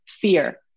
fear